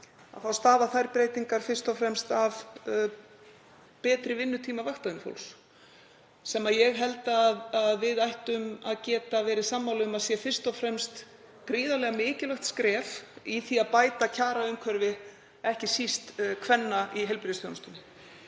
þá stafa þær breytingar fyrst og fremst af betri vinnutíma vaktavinnufólks, sem ég held að við ættum að geta verið sammála um að sé fyrst og fremst gríðarlega mikilvægt skref í því að bæta kjaraumhverfi, ekki síst kvenna, í heilbrigðisþjónustunni.